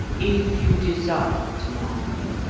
if you desire it, ma'am,